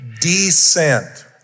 descent